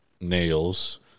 nails